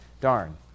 Darn